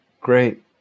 great